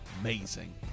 amazing